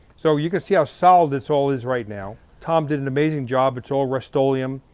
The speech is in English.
so you can see how solid this all is right now. tom did an amazing job, it's all rust-oleum.